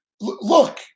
Look